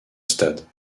stade